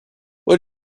what